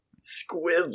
Squid